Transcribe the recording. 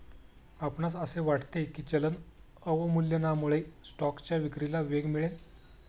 आपणास असे वाटते की चलन अवमूल्यनामुळे स्टॉकच्या विक्रीला वेग मिळेल?